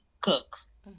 cooks